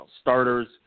starters